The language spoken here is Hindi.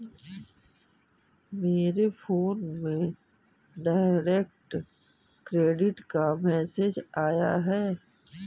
मेरे फोन में डायरेक्ट क्रेडिट का मैसेज आया है